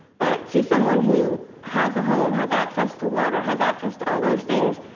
but to someone who has a home has access to water, has access to all those things.